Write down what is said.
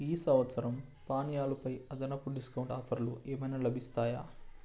ఈ సంవత్సరం పానీయాలుపై అదనపు డిస్కౌంట్ ఆఫర్లు ఏమైనా లభిస్తాయా